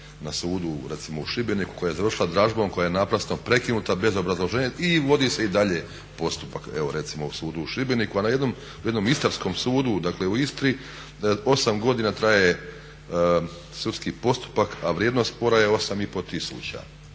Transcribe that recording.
recimo u Šibeniku koja je završila dražbom koja je naprasno prekinuta bez obrazloženja i vodi se i dalje postupak, evo recimo u sudu u Šibeniku. A u jednom istarskom sudu dakle u Istri 8 godina traje sudski postupak a vrijednost spora je 8,5 tisuća